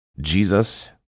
Jesus